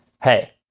hey